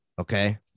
Okay